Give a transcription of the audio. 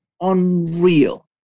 unreal